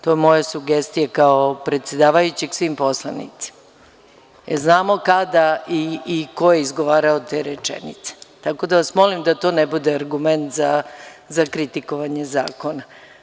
To je moja sugestija kao predsedavajućeg svim poslanicima, jer znamo kada i ko je izgovarao te rečenice, tako da vas molim da to ne bude argument za kritikovanje zakona.